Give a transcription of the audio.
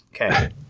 Okay